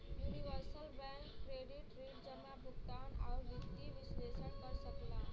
universal bank credit ऋण जमा, भुगतान, आउर वित्तीय विश्लेषण कर सकला